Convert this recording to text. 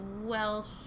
Welsh